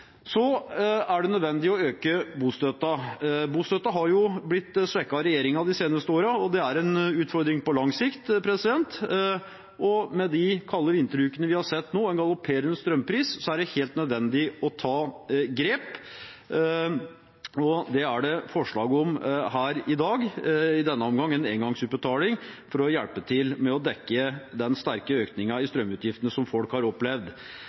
Så er det nødvendig å øke bostøtten. Bostøtten har blitt svekket av regjeringen de seneste årene, og det er en utfordring på lang sikt. Med de kalde vinterukene vi har sett nå, og en galopperende strømpris, er det helt nødvendig å ta grep. Det er det forslag om her i dag, i denne omgang en engangsutbetaling for å hjelpe til med å dekke den sterke økningen i strømutgiftene som folk har opplevd.